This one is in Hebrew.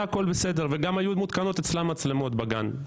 היו מותקנות אצלה מצלמות בגן,